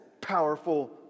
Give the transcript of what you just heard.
powerful